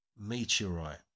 Meteorite